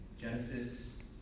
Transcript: Genesis